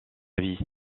vie